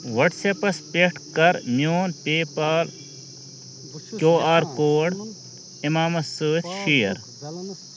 وَٹسپَس پٮ۪ٹھ کَر میون PayPal Q R code اِمامَس سۭتی شِیَر